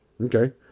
Okay